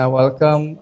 welcome